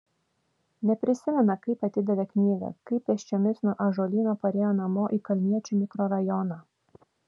neprisimena kaip atidavė knygą kaip pėsčiomis nuo ąžuolyno parėjo namo į kalniečių mikrorajoną